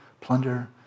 plunder